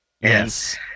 Yes